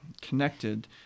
connected